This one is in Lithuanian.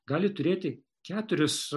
gali turėti keturis